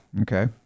Okay